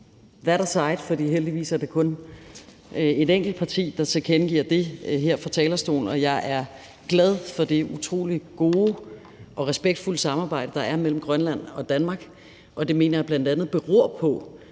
heldigvis er det kun et enkelt parti, der tilkendegiver det her fra talerstolen, og jeg er glad for det utrolig gode og respektfulde samarbejde, der er mellem Grønland og Danmark. Og det mener jeg bl.a. beror på,